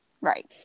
right